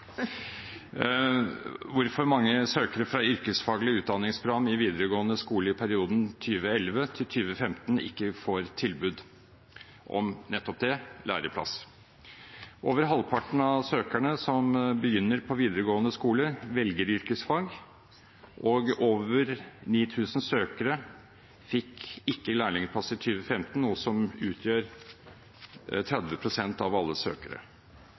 hvorfor så mange søkere fra yrkesfaglig utdanningsprogram i videregående skole i perioden 2011–2015 ikke får tilbud om nettopp det – læreplass. Over halvparten av søkerne som begynner på videregående skole, velger yrkesfag, og over 9 000 søkere fikk ikke lærlingplass i 2015, noe som utgjør 30 pst. av alle